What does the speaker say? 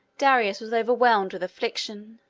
darius was overwhelmed with affliction.